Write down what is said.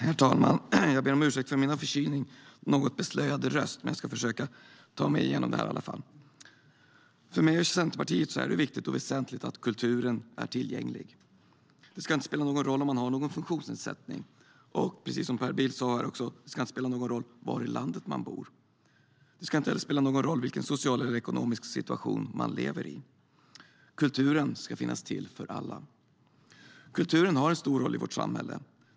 Herr talman! För mig och Centerpartiet är det viktigt och väsentligt att kulturen är tillgänglig. Det ska inte spela någon roll om man har någon funktionsnedsättning. Precis som Per Bill sa ska det heller inte spela någon roll var i landet man bor. Det ska inte spela någon roll vilken social eller ekonomisk situation man lever i. Kulturen ska finnas till för alla. Kulturen har en stor roll i vårt samhälle.